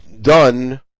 done